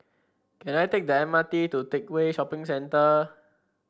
can I take the M R T to Teck Whye Shopping Center